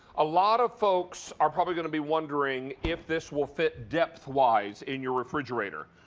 a lot of folks are probably going to be wondering if this will fit depth-wise in your refrigerator.